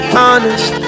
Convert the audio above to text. honest